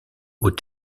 aux